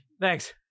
Thanks